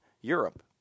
Europe